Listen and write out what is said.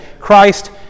Christ